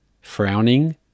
frowning